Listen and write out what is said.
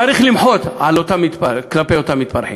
צריך למחות כלפי אותם מתפרעים,